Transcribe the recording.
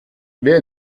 wer